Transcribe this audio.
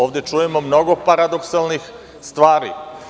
Ovde čujemo mnogo paradoksalnih stvari.